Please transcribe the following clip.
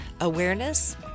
Awareness